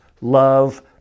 love